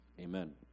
Amen